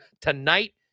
Tonight